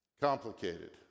Complicated